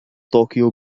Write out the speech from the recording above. طوكيو